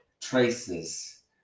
traces